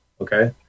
Okay